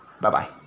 Bye-bye